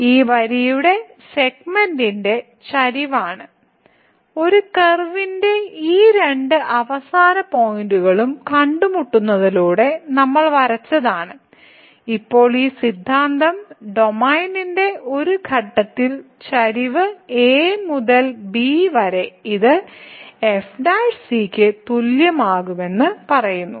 ഈ വരിയുടെ സെഗ്മെന്റിന്റെ ചരിവാണ് ഒരു കർവിന്റെ ഈ രണ്ട് അവസാന പോയിന്റുകളും കണ്ടുമുട്ടുന്നതിലൂടെ നമ്മൾ വരച്ചതാണ് ഇപ്പോൾ ഈ സിദ്ധാന്തം ഡൊമെയ്നിലെ ഒരു ഘട്ടത്തിൽ ചരിവ് a മുതൽ b വരെ ഇത് f ' ക്കു തുല്യമാകുമെന്ന് പറയുന്നു